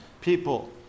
people